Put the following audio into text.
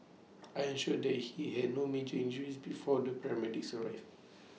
I ensured that he had no major injuries before the paramedics arrived